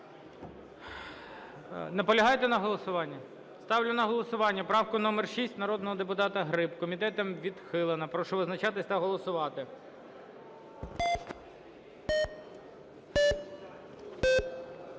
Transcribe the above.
Наполягаєте на голосуванні? Ставлю на голосування правку номер 6 народного депутата Гриб. Комітетом відхилена. Прошу визначатись та голосувати.